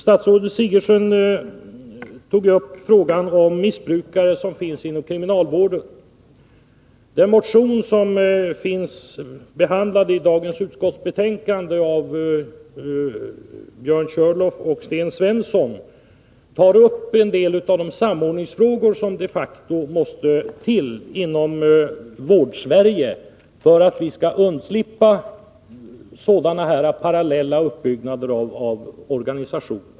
Statsrådet Sigurdsen berörde frågan om missbrukare som finns inom kriminalvården. I en motion som behandlas i dagens utskottsbetänkande tar Björn Körlof och Sten Svensson upp en del av de samordningsfrågor som de facto måste lösas inom Vårdsverige för att vi skall undslippa sådana här parallella uppbyggnader av organisationer.